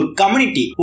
community